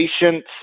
patient